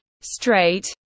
straight